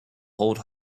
hold